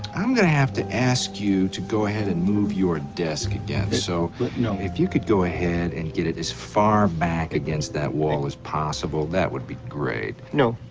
i'm going to have to ask you to go ahead and move your desk again so no so if you could go ahead and get it as far back against that wall as possible, that would be great. no,